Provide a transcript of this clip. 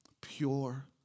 Pure